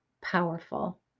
powerful